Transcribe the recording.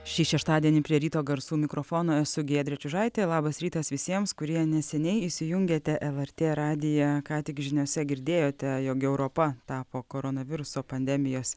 šį šeštadienį prie ryto garsų mikrofono esu giedrė čiužaitė labas rytas visiems kurie neseniai įsijungėte lrt radiją ką tik žiniose girdėjote jog europa tapo koronaviruso pandemijos